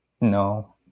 No